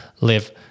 live